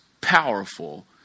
powerful